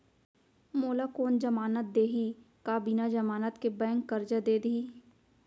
मोला कोन जमानत देहि का बिना जमानत के बैंक करजा दे दिही?